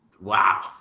Wow